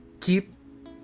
Keep